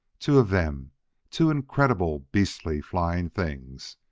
two of them two incredible, beastly, flying things!